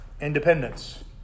Independence